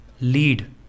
lead